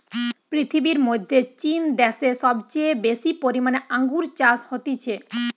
পৃথিবীর মধ্যে চীন দ্যাশে সবচেয়ে বেশি পরিমানে আঙ্গুর চাষ হতিছে